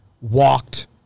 walked